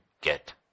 get